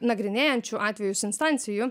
nagrinėjančių atvejus instancijų